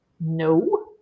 no